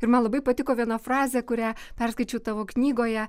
ir man labai patiko viena frazė kurią perskaičiau tavo knygoje